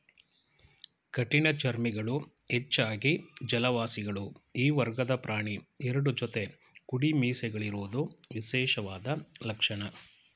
ಕಠಿಣಚರ್ಮಿಗಳು ಹೆಚ್ಚಾಗಿ ಜಲವಾಸಿಗಳು ಈ ವರ್ಗದ ಪ್ರಾಣಿ ಎರಡು ಜೊತೆ ಕುಡಿಮೀಸೆಗಳಿರೋದು ವಿಶೇಷವಾದ ಲಕ್ಷಣ